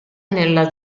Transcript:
nella